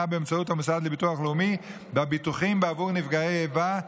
באמצעות המשרד לביטוח לאומי בביטוחים בעבור נפגעי איבה,